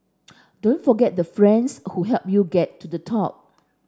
don't forget the friends who helped you get to the top